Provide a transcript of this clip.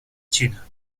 china